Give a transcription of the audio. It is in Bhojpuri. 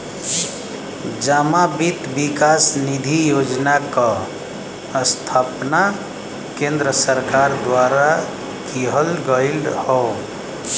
जमा वित्त विकास निधि योजना क स्थापना केन्द्र सरकार द्वारा किहल गयल हौ